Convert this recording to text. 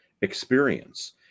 experience